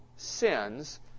sins